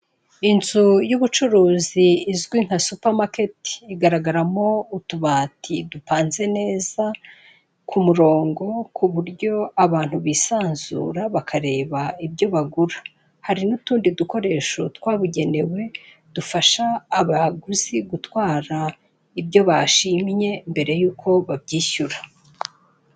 inzu y'ubucuruzi izwi nka supamaketi, igaragaramo utubati dupanze neza ku murongo ku buryo abantu bisanzura bakareba ibyo bagura, hari n'utundi dukoresho twabugenewe dufasha abaguzi gutwara ibyo bashimye mbere y'uko babyishyura.